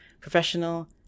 professional